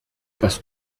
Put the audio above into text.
parce